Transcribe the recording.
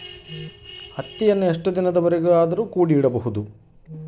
ಹತ್ತಿಯನ್ನು ಎಷ್ಟು ದಿನ ಕೂಡಿ ಇಡಬಹುದು?